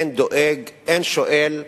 אין דואג, אין שואל,